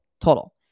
total